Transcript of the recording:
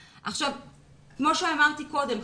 כמו שאמרתי קודם,